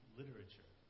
literature